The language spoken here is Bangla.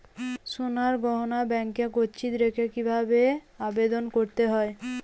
সোনার গহনা ব্যাংকে গচ্ছিত রাখতে কি ভাবে আবেদন করতে হয়?